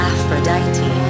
Aphrodite